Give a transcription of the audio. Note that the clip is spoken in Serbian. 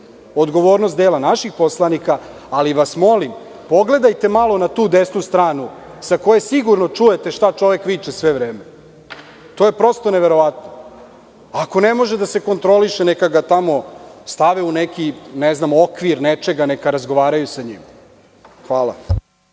odgovornost dela naših poslanika, ali vas molim, pogledajte malo na tu desnu stranu sa koje sigurno čujete šta čovek viče sve vreme. Ako ne može da se kontroliše, neka ga tamo stave u neki okvir nečega, neka razgovaraju sa njim. Hvala.